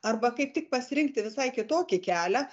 arba kaip tik pasirinkti visai kitokį kelią